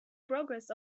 progress